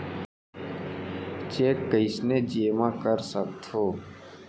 Cheque कईसने जेमा कर सकथो?